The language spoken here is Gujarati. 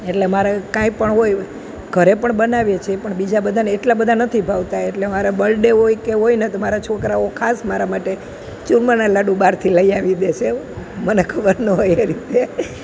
એટલે મારે કાંઇપણ હોય ઘરે પણ બનાવીએ છીએ પણ બીજા બધાને એટલા બધા નથી ભાવતા એટલે મારે બરડે હોય કે હોય ને તો મારા છોકરાઓ ખાસ મારા માટે ચુરમાના લાડુ બહારથી લઈ આવી દે છે મને ખબર ન હોય એ રીતે